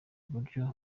buryo